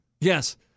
Yes